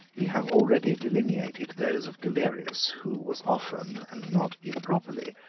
we have already delineated those of galerius, who was often, and not improperly,